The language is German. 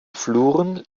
fluren